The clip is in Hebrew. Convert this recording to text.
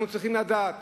אנחנו צריכים לדעת